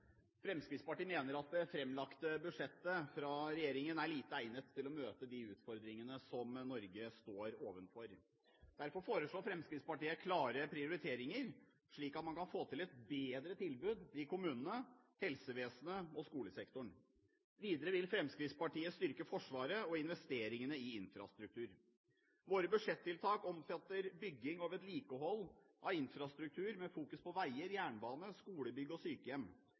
Fremskrittspartiet mener at det framlagte budsjettet fra regjeringen er lite egnet til å møte de utfordringene som Norge står overfor. Derfor foreslår Fremskrittspartiet klare prioriteringer, slik at man kan få til et bedre tilbud i kommunene, helsevesenet og skolesektoren. Videre vil Fremskrittspartiet styrke Forsvaret og investeringene i infrastruktur. Våre budsjettiltak omfatter bygging og vedlikehold av infrastruktur med fokus på veier, jernbane, skolebygg og sykehjem.